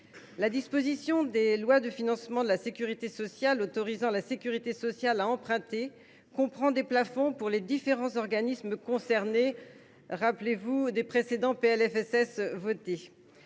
La disposition des lois de financement de la sécurité sociale autorisant la sécurité sociale à emprunter comprend des plafonds pour les différents organismes concernés. Par exemple, dans le cas du PLFSS pour